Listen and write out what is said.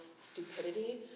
Stupidity